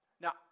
Now